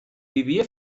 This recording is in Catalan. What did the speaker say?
vivia